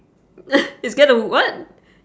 is get to what